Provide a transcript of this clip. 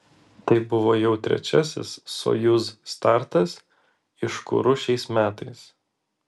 tai buvo jau trečiasis sojuz startas iš kuru šiais metais